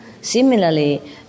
Similarly